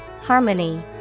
Harmony